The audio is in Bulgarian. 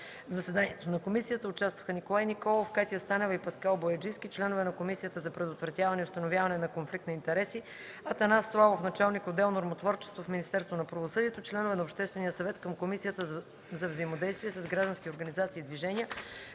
В заседанието на комисията участваха: Николай Николов, Катя Станева и Паскал Бояджийски – членове на Комисията за предотвратяване и установяване на конфликт на интереси, Атанас Славов – началник-отдел „Нормотворчество” в Министерството на правосъдието, членове на Обществения съвет към Комисията за взаимодействие с граждански организации и движения,